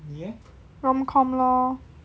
rom com lor